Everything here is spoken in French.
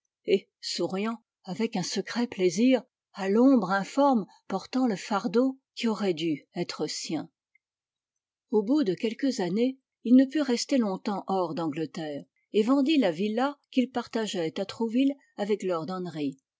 et souriant avec un secret plaisir à l'ombre informe portant le fardeau qui aurait dû être sien au bout de quelques années il ne put rester longtemps hors d'angleterre et vendit la villa qu'il partageait à trouville avec lord